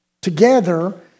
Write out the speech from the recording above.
together